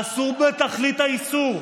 אסור בתכלית האיסור.